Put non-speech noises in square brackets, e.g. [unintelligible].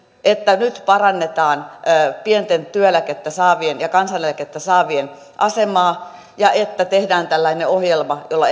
että nyt parannetaan pientä työeläkettä ja kansaneläkettä saavien asemaa ja että tehdään tällainen ohjelma jolla [unintelligible]